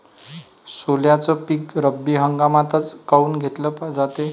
सोल्याचं पीक रब्बी हंगामातच काऊन घेतलं जाते?